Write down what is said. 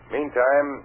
Meantime